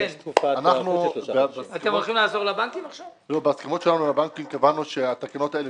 אנחנו בהסכמות שלנו לבנקים קבענו שהתקנות האלה